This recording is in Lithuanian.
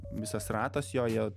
visas ratas jo jie